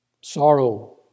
Sorrow